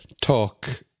talk